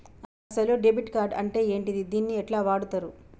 అసలు debit card అంటే ఏంటిది? దీన్ని ఎట్ల వాడుతరు?